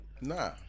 Nah